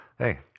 Hey